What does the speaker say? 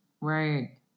Right